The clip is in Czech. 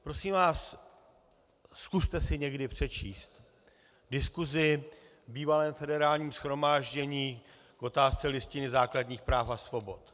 Prosím vás, zkuste si někdy přečíst diskusi v bývalém Federálním shromáždění k otázce Listiny základních práv a svobod.